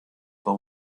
till